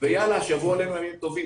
ושיבואו עלינו ימים טובים.